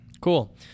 Cool